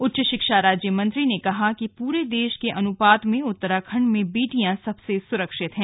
उच्च शिक्षा राज्य मंत्री ने कहा कि पूरे देश के अनुपात में उत्तराखंड में बेटियां सबसे सुरक्षित हैं